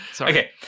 Okay